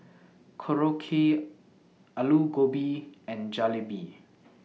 Korokke Alu Gobi and Jalebi